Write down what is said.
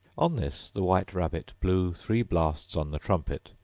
on this the white rabbit blew three blasts on the trumpet,